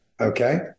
Okay